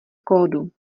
kódu